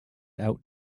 out